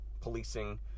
policing